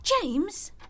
James